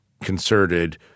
concerted